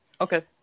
Okay